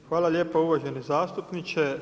Pa hvala lijepo uvaženi zastupniče.